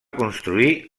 construir